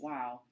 Wow